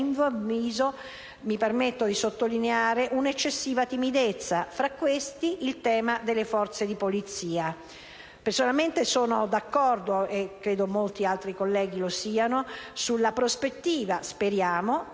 netti c'è - mi permetto di sottolineare - una eccessiva timidezza. Tra questi, il tema delle forze di polizia. Personalmente sono d'accordo, come credo molti altri colleghi, sulla prospettiva - speriamo,